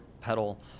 pedal